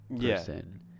person